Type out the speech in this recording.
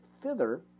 thither